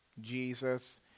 Jesus